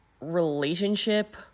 relationship